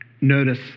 notice